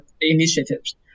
initiatives